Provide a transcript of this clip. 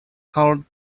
court